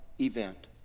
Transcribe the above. event